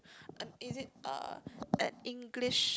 is it uh an English